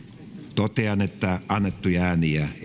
totean että annettuja